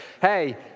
Hey